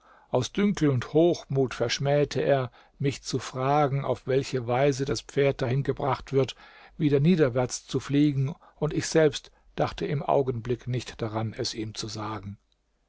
aus dünkel und hochmut verschmähte er mich zu fragen auf welche weise das pferd dahin gebracht wird wieder niederwärts zu fliegen und ich selbst dachte im augenblick nicht daran es ihm zu sagen